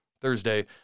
Thursday